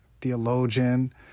theologian